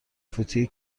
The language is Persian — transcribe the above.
فوتی